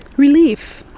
relief.